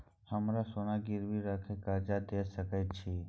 हमरा सोना गिरवी रखय के कर्ज दै सकै छिए?